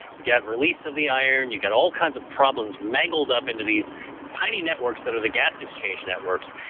you got release of the iron, you got all kinds of problems mangled up into these tiny networks that of the gas exchange networks,